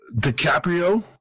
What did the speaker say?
DiCaprio